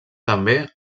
també